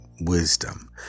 wisdom